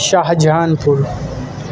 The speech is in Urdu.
شاہ جہان پور